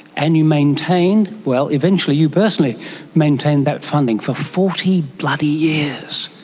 and you maintained, well, eventually you personally maintained that funding for forty bloody years.